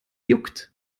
juckt